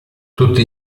tutti